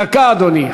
דקה, אדוני.